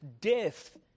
death